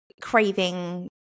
craving